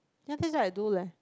ya that's what I do leh